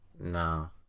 No